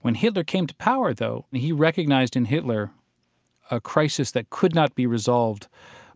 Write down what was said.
when hitler came to power, though, he recognized in hitler a crisis that could not be resolved